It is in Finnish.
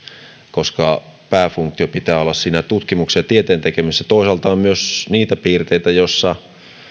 koska pääfunktion pitää olla siinä tutkimuksen ja tieteen tekemisessä toisaalta on myös niitä piirteitä joissa